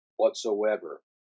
whatsoever